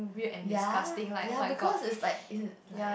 ya ya because it's like it's like